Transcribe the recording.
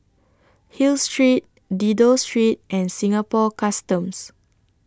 Hill Street Dido Street and Singapore Customs